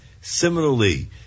Similarly